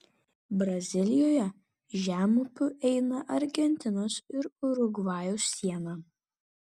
brazilijoje žemupiu eina argentinos ir urugvajaus siena